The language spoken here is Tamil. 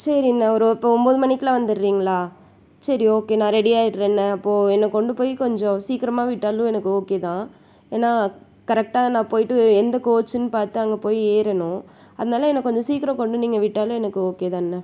சரிண்ணா ஒரு இப்போ ஒரு ஒம்பது மணிக்குலாம் வந்துடுறிங்களா சரி ஓகே நான் ரெடியாயிட்டுறேன்ண அப்போ என்ன கொண்டு போய் கொஞ்சம் சீக்கரமாக விட்டாலும் எனக்கு ஓகே தான் ஏன்னா கரெக்டாக நான் போய்விட்டு எந்த கோச்சின் பார்த்து அங்கே போய் ஏறணும் அதனால் என்ன கொஞ்சம் சீக்கிரம் கொண்டு நீங்கள் விட்டாலும் எனக்கு ஓகேதாண்ணா